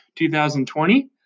2020